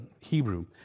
Hebrew